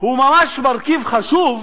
הוא ממש מרכיב חשוב,